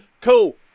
cool